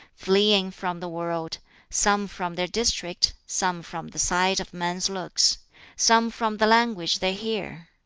fleeing from the world some from their district some from the sight of men's looks some from the language they hear.